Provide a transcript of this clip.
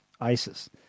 ISIS